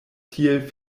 tiel